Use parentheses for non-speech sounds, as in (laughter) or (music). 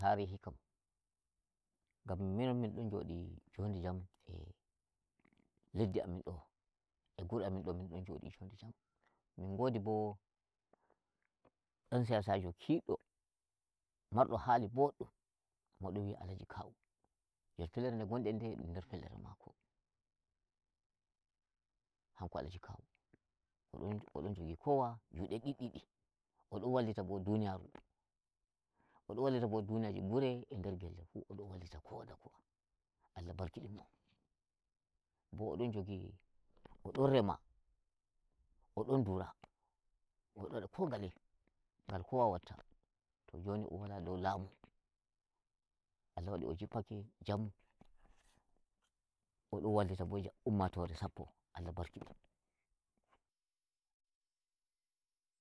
Haruki kam ngam minon min don djodi njonde jam e leddi amin do, e guri amin min don djodi jam. min ngodi boo dan siyasajo kiɗɗo marɗo hali boɗɗum, mo don wi'a alaji kawu. Jon fellere nde ngonden dum nder fellere mako. hanko alaji kawu o don jogi kowa jude ɗiɗɗiɗi, o don wallita bo duniyaru, (noise) o don wallita bo duniyaji bure, e nder gelle fuu o don wallita kowa da kowa Allah barkidina mo bo o don njogi, (noise) o don rema, o don ndura, mo don wada ko ngale ngal kowa watta. To joni o wala dou lamu Allah wadi o jippake jam, (noise) on don wallita bo ummatore sappo Allah barkidina mo. (noise)